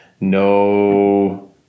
No